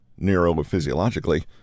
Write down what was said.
neurophysiologically